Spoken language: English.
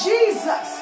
Jesus